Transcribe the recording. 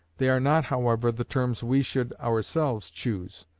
they are not, however, the terms we should ourselves choose.